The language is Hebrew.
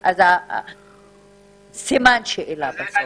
יש סימן-שאלה בסוף.